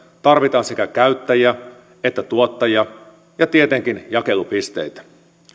tarvitaan sekä käyttäjiä että tuottajia ja tietenkin jakelupisteitä